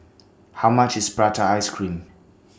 How much IS Prata Ice Cream